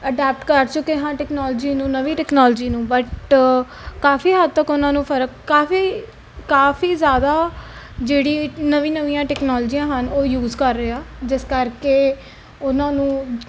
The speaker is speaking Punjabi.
ਅਡੈਪ ਕਰ ਚੁੱਕੇ ਹਨ ਟੈਕਨੋਲੋਜੀ ਨੂੰ ਨਵੀਂ ਟੈਕਨੋਲੋਜੀ ਨੂੰ ਬਟ ਕਾਫੀ ਹੱਦ ਤੱਕ ਉਹਨਾਂ ਨੂੰ ਫਰਕ ਕਾਫੀ ਕਾਫੀ ਜ਼ਿਆਦਾ ਜਿਹੜੀ ਨਵੀਂ ਨਵੀਆਂ ਟੈਕਨੋਲਜੀਆਂ ਹਨ ਉਹ ਯੂਜ਼ ਕਰ ਰਿਹਾ ਜਿਸ ਕਰਕੇ ਉਹਨਾਂ ਨੂੰ